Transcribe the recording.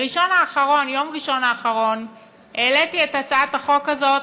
ביום ראשון האחרון העליתי את הצעת החוק הזאת,